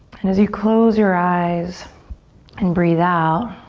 and as you close your eyes and breathe out,